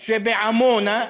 מרוב עמונה.